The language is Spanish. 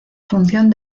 función